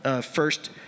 first